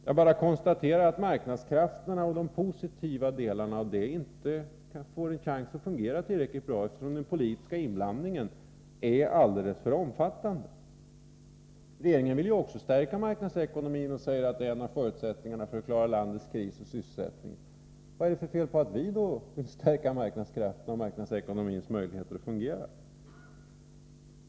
Jag bara konstaterade att marknadskrafterna och de positiva delarna i dem inte får en chans att fungera tillräckligt bra eftersom den politiska inblandningen är alldeles för omfattande. Regeringen vill ju också stärka marknadsekonomin och säger att det är en av förutsättningarna för att klara landets kris och klara sysselsättningen. Vad är det då för fel på att vi vill stärka marknadskrafterna och marknadsekonomins möjligheter att fungera?